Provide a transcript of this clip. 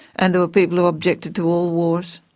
and there were people who objected to all wars.